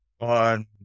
on